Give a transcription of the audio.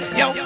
yo